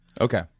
Okay